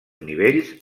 nivells